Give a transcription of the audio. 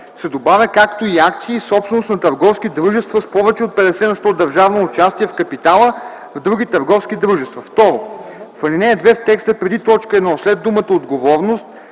се добавя „както и акции – собственост на търговски дружества с повече от 50 на сто държавно участие в капитала в други търговски дружества”. 2. В ал. 2 в текста преди т. 1 след думата „отговорност”